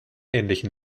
ähnlichen